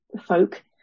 folk